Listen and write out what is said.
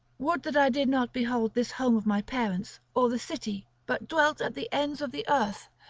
would that i did not behold this home of my parents, or the city, but dwelt at the ends of the earth,